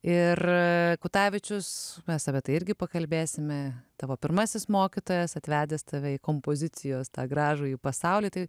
ir kutavičius mes apie tai irgi pakalbėsime tavo pirmasis mokytojas atvedęs tave į kompozicijos tą gražųjį pasaulį tai